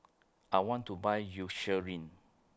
I want to Buy Eucerin